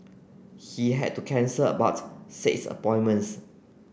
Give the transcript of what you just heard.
he had to cancel about six appointments